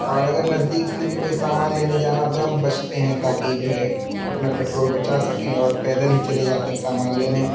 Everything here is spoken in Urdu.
اور اگر نزدیک سے بھی کوئی سامان لینے جانا ہوتا ہے تو ہم بچتے ہیں تا کہ جو ہے اپنا پٹرول بچا سکیں اور پیدل ہی چلے جاتے ہیں سامان لینے